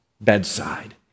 bedside